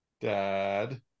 dad